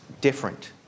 different